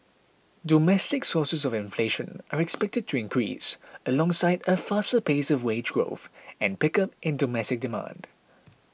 domestic sources of inflation are expected to increase alongside a faster pace of wage growth and pickup in domestic demand